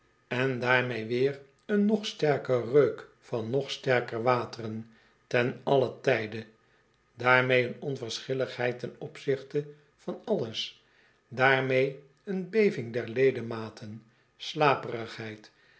geld daarmee weer een nog sterker reuk van nog sterker wateren ten allen tijde daarmee een onverschilligheid ten opzichte van alles daarmee een beving der ledematen slaperigheid